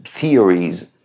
theories